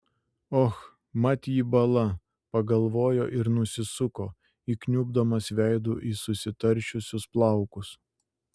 och mat jį bala pagalvojo ir nusisuko įkniubdamas veidu į susitaršiusius plaukus